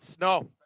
No